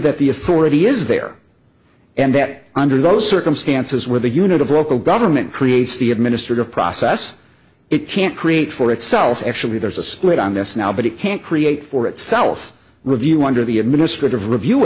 that the authority is there and that under those circumstances where the unit of local government creates the administrative process it can't create for itself actually there's a split on this now but it can't create for itself review under the administrative review